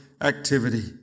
activity